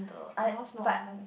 our house no oven